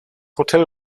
hotel